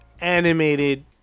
animated